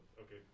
okay